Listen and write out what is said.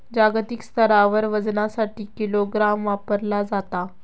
जागतिक स्तरावर वजनासाठी किलोग्राम वापरला जाता